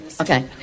Okay